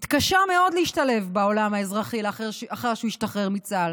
הוא התקשה מאוד להשתלב בעולם האזרחי לאחר שהוא השתחרר מצה"ל.